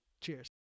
Cheers